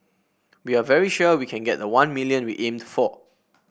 we are very sure we can get the one million we aimed for